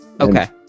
okay